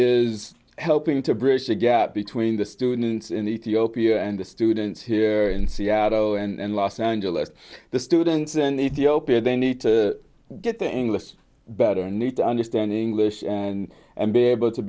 is helping to bridge the gap between the students in the hope you and the students here in seattle and los angeles the students an ethiopian they need to get the english better need to understand english and be able to